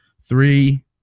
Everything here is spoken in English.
three